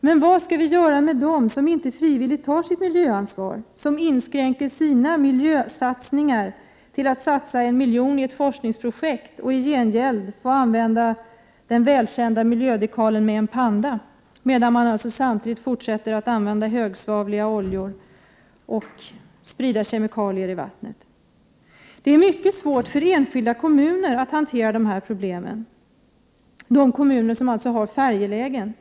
Men vad skall vi göra med dem som inte frivilligt tar sitt miljöansvar, som i sina miljösatsningar nöjer sig med att satsa 1 miljon i ett forskningsprojekt för att i gengäld få använda den välkända miljödekalen med pandan? De fortsätter ju att använda högasvavliga oljor och att sprida kemikalier i vattnet. Det är mycket svårt för de enskilda kommuner som har färjelägen att hantera dessa problem.